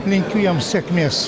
linkiu jam sėkmės